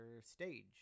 stage